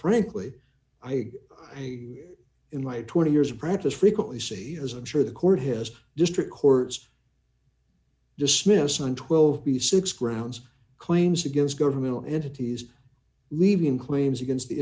frankly i guess i in my twenty years of practice frequently see as i'm sure the court has district courts dismiss on twelve b six grounds claims against governmental entities leaving claims against the